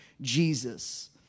Jesus